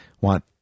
want